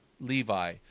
Levi